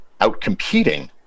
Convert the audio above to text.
outcompeting